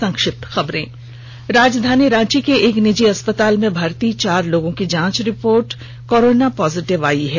संक्षिप्त खबरें राजधानी रांची के एक निजी अस्पताल में भर्ती चार लोगों की जांच रिपोर्ट कोरोना पॉजिटिव आई है